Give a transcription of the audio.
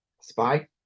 spy